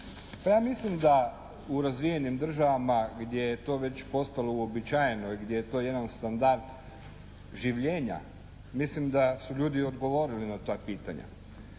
ja mislim da u razvijenim državama gdje je to već postalo uobičajeno i gdje je to jedan standard življenja mislim da su ljudi odgovorili na ta pitanja.